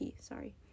sorry